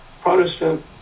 Protestant